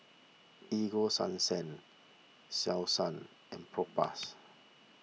Ego Sunsense Selsun and Propass